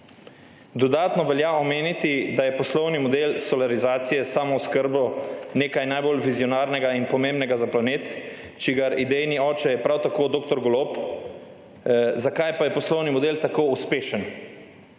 Dodatno velja omeniti, da je poslovni model solarizacije s samooskrbo nekaj najbolj vizionarnega in pomembnega za planet, čigar idejni oče je prav tako doktor Golob. Zakaj pa je poslovni model tako uspešen?